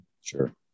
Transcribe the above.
Sure